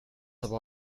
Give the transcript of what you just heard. aber